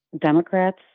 Democrats